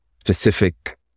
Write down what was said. specific